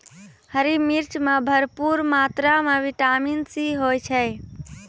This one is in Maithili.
हरी मिर्च मॅ भरपूर मात्रा म विटामिन सी होय छै